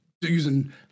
using